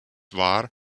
wahr